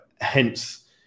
hence